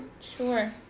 Sure